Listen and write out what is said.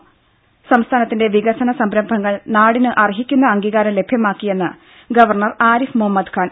ത സംസ്ഥാനത്തിന്റെ വികസന സംരംഭങ്ങൾ നാടിന് അർഹിക്കുന്ന അംഗീകാരം ലഭ്യമാക്കിയെന്ന് ഗവർണർ ആരിഫ് മുഹമ്മദ് ഖാൻ